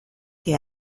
que